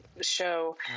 show